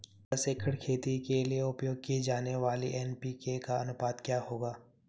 दस एकड़ खेती के लिए उपयोग की जाने वाली एन.पी.के का अनुपात क्या होगा?